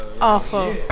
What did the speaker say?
Awful